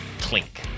clink